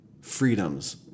freedoms